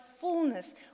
fullness